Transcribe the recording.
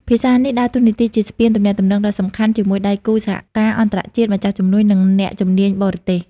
ភាសានេះដើរតួនាទីជាស្ពាន ទំនាក់ទំនងដ៏សំខាន់ជាមួយដៃគូសហការអន្តរជាតិ ម្ចាស់ជំនួយ និងអ្នកជំនាញបរទេស។